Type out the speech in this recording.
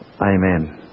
amen